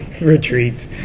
Retreats